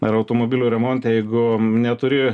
ar automobilių remonte jeigu neturi